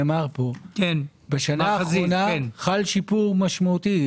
בשנה האחרונה חל שיפור משמעותי.